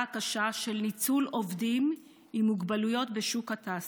הקשה של ניצול עובדים עם מוגבלויות בשוק התעסוקה: